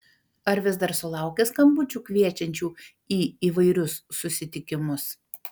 ar vis dar sulauki skambučių kviečiančių į įvairius susitikimus